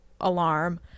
alarm